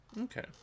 Okay